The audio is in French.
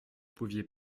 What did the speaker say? pouviez